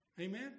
Amen